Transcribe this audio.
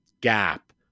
gap